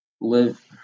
live